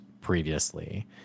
previously